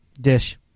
Dish